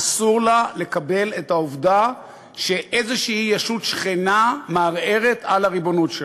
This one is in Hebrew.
אסור לה לקבל את העובדה שאיזו ישות שכנה מערערת על הריבונות שלה.